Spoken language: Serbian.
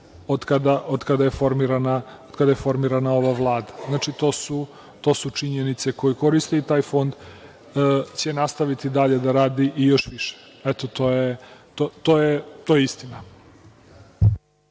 otkada je formirana ova Vlada. Znači, to su činjenice koje koriste i taj fond će nastaviti dalje da radi i još više. Eto, to je istina.